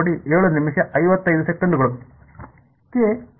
k ಸರಿ